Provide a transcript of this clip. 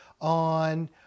on